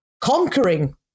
conquering